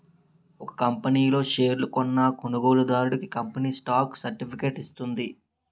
ఒక కంపనీ లో షేర్లు కొన్న కొనుగోలుదారుడికి కంపెనీ స్టాక్ సర్టిఫికేట్ ఇస్తుంది